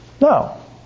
No